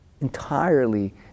entirely